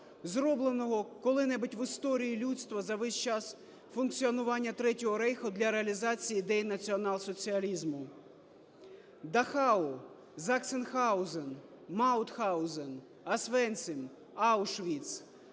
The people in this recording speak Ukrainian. зробленого коли-небудь в історії людства за весь час функціонування Третього Рейху для реалізації ідей націонал-соціалізму. Дахау, Заксенгаузен, Маутгаузен, Освенцим, Аушвіц,